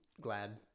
glad